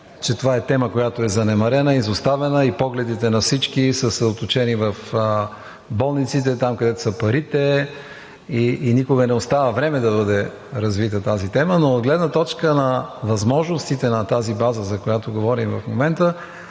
че това е тема, която е занемарена, изоставена и погледите на всички са съсредоточени в болниците – там, където са парите, и никога не остава време да бъде развита тази тема. От гледна точка на възможностите на тази база, за която говорим в момента,